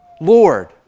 Lord